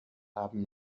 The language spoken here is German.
haben